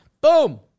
Boom